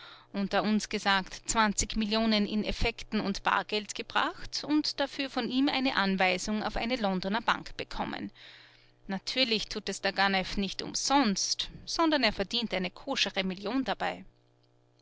unter uns gesagt zwanzig millionen in effekten und bargeld gebracht und dafür von ihm eine anweisung auf eine londoner bank bekommen natürlich tut es der ganef nicht umsonst sondern er verdient eine koschere million dabei